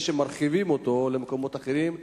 לפני שמרחיבים אותו למקומות אחרים,